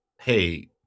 hey